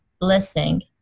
blessing